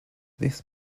this